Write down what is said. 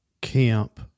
camp